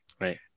Right